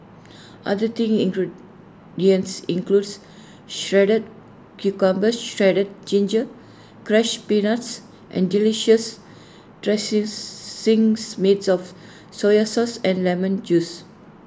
other thing ingredients includes shredded cucumber shredded ginger crushed peanuts and delicious made of soy sauce and lemon juice